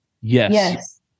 Yes